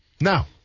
Now